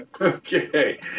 okay